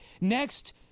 next